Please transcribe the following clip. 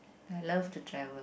I love to travel